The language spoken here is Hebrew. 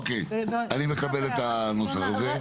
אוקי, אני מקבל את הנוסח הזה.